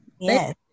yes